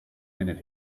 minute